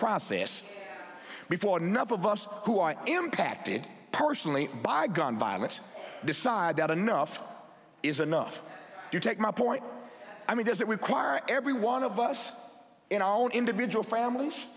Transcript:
process before a number of us who are impacted personally by gun violence decide that enough is enough you take my point i mean does it require every one of us in our own individual families